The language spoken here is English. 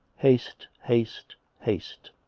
haste, haste, haste.